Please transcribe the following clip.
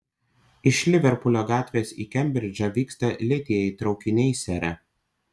iš liverpulio gatvės į kembridžą vyksta lėtieji traukiniai sere